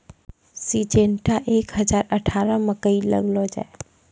Syngenta एक हजार अठारह मकई लगैलो जाय?